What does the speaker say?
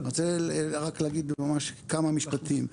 אני רוצה רק להגיד כמה משפטים.